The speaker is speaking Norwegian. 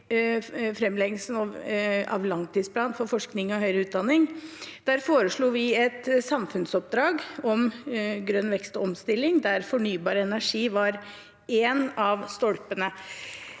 framleggelsen av langtidsplanen for forskning og høyere utdanning, foreslått et samfunnsoppdrag om grønn vekst og omstilling, der fornybar energi var en av stolpene.